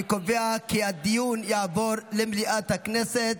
אני קובע כי הדיון יעבור למליאת הכנסת.